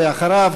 ואחריו,